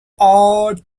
odd